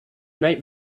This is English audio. night